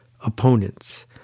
opponents